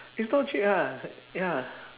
it's not cheap ah ya